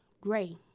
Gray